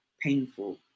painful